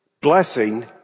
blessing